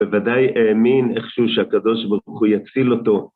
ובוודאי האמין איכשהו שהקדוש ברוך הוא יציל אותו.